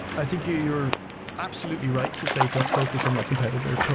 i think your your absolutely right to say don't focus on your competitor,